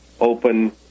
open